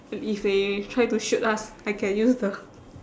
i~ if they try to shoot us I can use the